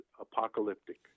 apocalyptic